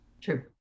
True